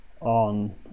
on